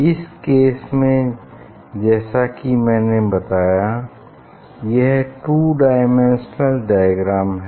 इस केस में जैसा कि मैंने बताया यह टू डायमेंशनल डायग्राम है